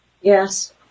Yes